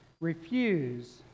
refuse